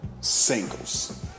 singles